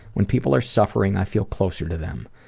when people are suffering i feel closer to them.